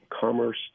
commerce